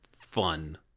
fun